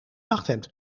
nachthemd